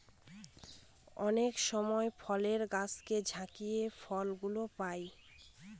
অনেক সময় ফলের গাছকে ঝাকিয়ে ফল গুলো পাই